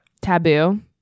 Taboo